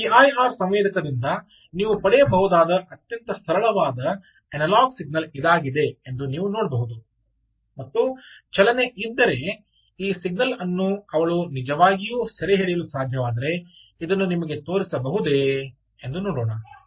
ಈ ಪಿಐಆರ್ ಸಂವೇದಕದಿಂದ ನೀವು ಪಡೆಯಬಹುದಾದ ಅತ್ಯಂತ ಸರಳವಾದ ಅನಲಾಗ್ ಸಿಗ್ನಲ್ ಇದಾಗಿದೆ ಎಂದು ನೀವು ನೋಡಬಹುದು ಮತ್ತು ಚಲನೆ ಇದ್ದರೆ ಈ ಸಿಗ್ನಲ್ ಅನ್ನು ಅವಳು ನಿಜವಾಗಿಯೂ ಸೆರೆಹಿಡಿಯಲು ಸಾಧ್ಯವಾದರೆ ಇದನ್ನು ನಿಮಗೆ ತೋರಿಸಬಹುದೇ ಎಂದು ನೋಡೋಣ